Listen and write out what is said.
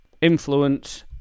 influence